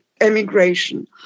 emigration